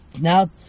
Now